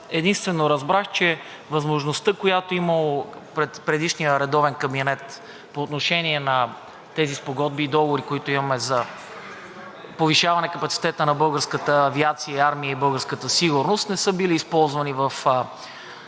единствено разбрах, че възможността, която е имал предишният редовен кабинет по отношение на тези спогодби и договори, които имаме – за повишаване капацитета на българската авиация и армия и българската сигурност, не са били използвани в